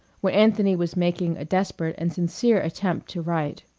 when anthony was making a desperate and sincere attempt to write,